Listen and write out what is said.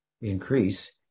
increase